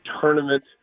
tournament